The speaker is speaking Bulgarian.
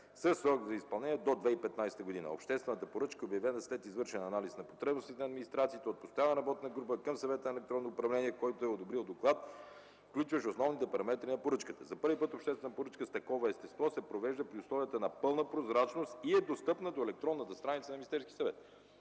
срок за изпълнение до 2015 г. Обществената поръчка е обявена след извършен анализ на потребностите на администрациите от Постоянна работна група към Съвета за електронно управление, който е одобрил доклад, включващ основните параметри на поръчката. За първи път обществена поръчка с такова естество се провежда при условията на пълна прозрачност и е достъпна до електронната страница на Министерския съвет.